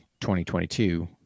2022